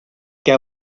què